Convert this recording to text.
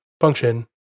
function